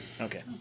Okay